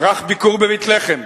ערך ביקור בבית-לחם.